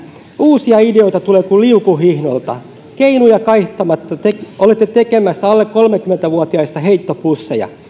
uusia ideoita tulee kuin liukuhihnoilta keinoja kaihtamatta te olette tekemässä alle kolmekymmentä vuotiaista heittopusseja